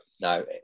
No